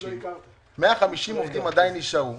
150 עובדים עדיין נשארו.